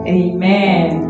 amen